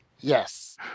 Yes